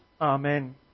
Amen